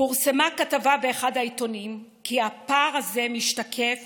פורסמה כתבה באחד העיתונים, כי הפער הזה משתקף